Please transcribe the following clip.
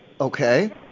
Okay